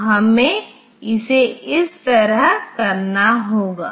तो हमें इसे इस तरह करना होगा